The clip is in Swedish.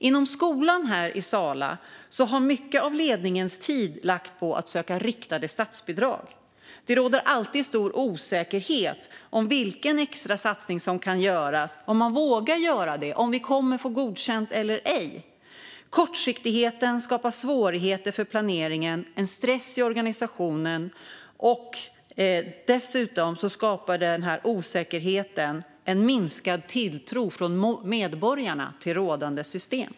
Inom skolan här i Sala har mycket av ledningens tid lagts på att söka riktade statsbidrag. Det råder alltid stor osäkerhet om vilken extra satsning som kan göras, om man vågar göra det och om vi kommer att få godkänt eller ej. Kortsiktigheten skapar svårigheter för planeringen och en stress i organisationen. Dessutom skapar osäkerheten en minskad tilltro från medborgarna till rådande system.